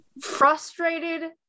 frustrated